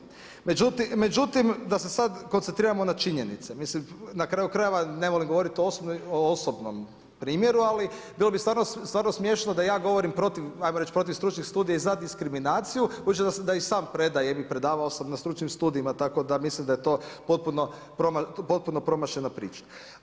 Međutim, da se sad koncentriramo na činovnice, mislim, na kraju ne volim govoriti o osobnom primjeru, ali bilo bi stvarno smiješno da ja govorim, protiv, ajmo reći, protiv stručnih studija za diskriminaciju, budući da i sam predajem i predavao sam na stručnim studijima, tako da mislim da je to potpuno promašena priča.